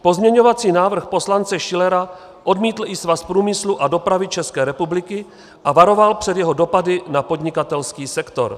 Pozměňovací návrh poslance Schillera odmítl i Svaz průmyslu a dopravy České republiky a varoval před jeho dopady na podnikatelský sektor.